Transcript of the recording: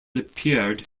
appeared